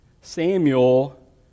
Samuel